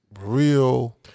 real